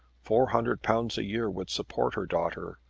four hundred pounds a year would support her daughter,